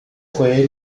fue